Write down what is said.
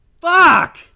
Fuck